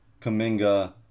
Kaminga